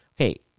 Okay